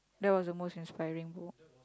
that was the most inspiring book